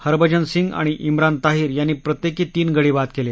हरभजन सिंह आणि विरान ताहीर यांनी प्रत्येकी तीन गडी बाद केले